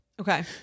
Okay